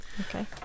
Okay